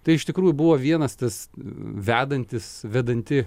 tai iš tikrųjų buvo vienas tas vedantis vedanti